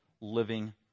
living